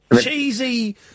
cheesy